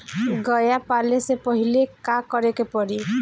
गया पाले से पहिले का करे के पारी?